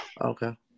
Okay